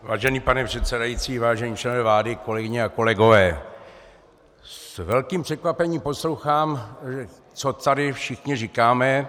Vážený pane předsedající, vážení členové vlády, kolegyně a kolegové, s velkým překvapením poslouchám, co tady všichni říkáme.